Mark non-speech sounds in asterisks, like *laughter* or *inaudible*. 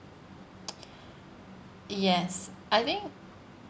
*noise* yes I think